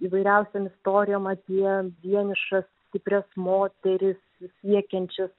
įvairiausiom istorijom apie vienišas stiprias moteris siekiančias